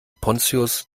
pontius